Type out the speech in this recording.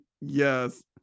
yes